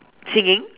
singing